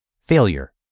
Failure